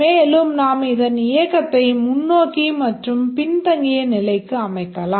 மேலும் நாம் இதன் இயக்கத்தை முன்னோக்கி மற்றும் பின்தங்கிய நிலைக்கு அமைக்கலாம்